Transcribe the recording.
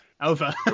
Over